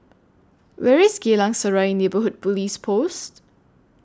Where IS Geylang Serai Neighbourhood Police Post